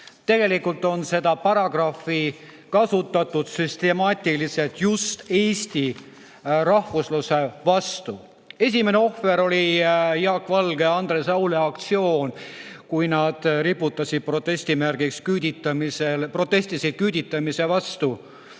Tegelikult on seda paragrahvi kasutatud süstemaatiliselt just eesti rahvusluse vastu. Esimene ohver oli Jaak Valge ja Andres Aule aktsioon, kui nad riputasid protesti märgiks [üles ENSV lipu], protestisid küüditamise vastu